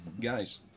guys